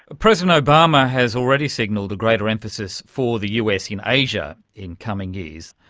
president obama has already signalled a greater emphasis for the us in asia in coming years.